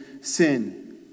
sin